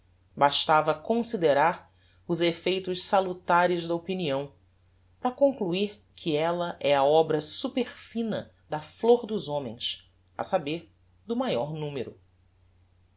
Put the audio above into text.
bastava considerar os effeitos salutares da opinião para concluir que ella é a obra superfina da flor dos homens a saber do maior numero